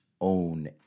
own